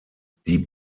die